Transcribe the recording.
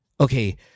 Okay